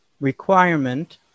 requirement